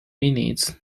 minutes